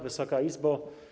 Wysoka Izbo!